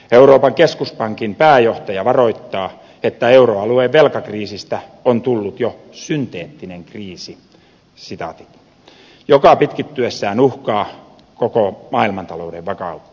euroopan keskuspankin pääjohtaja varoittaa että euroalueen velkakriisistä on tullut jo systeeminen kriisi joka pitkittyessään uhkaa koko maailmantalouden vakautta